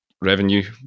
revenue